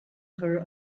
her